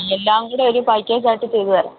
എല്ലാംകൂടെ ഒരു പാക്കേജ് ആയിട്ട് ചെയ്തു തരാം